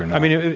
and i mean,